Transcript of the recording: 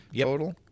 total